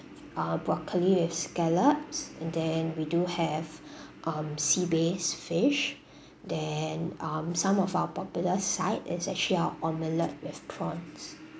uh broccoli with scallops and then we do have um sea bass fish then um some of our popular side is actually our omelette with prawns